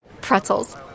pretzels